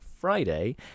Friday